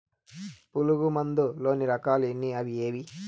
పులుగు మందు లోని రకాల ఎన్ని అవి ఏవి?